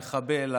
המחבל,